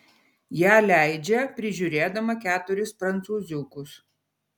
ją leidžia prižiūrėdama keturis prancūziukus